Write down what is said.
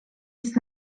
jest